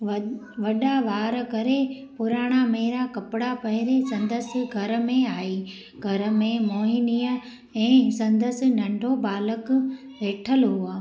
व वॾा वार करे पुराणा मेरा कपिड़ा पाइ संदसि घर में आई घर में मोहिनीअ ऐं संदसि नंढो बालक वेठल हुआ